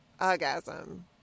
orgasm